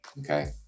okay